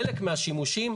חלק מהשימושים,